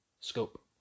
Scope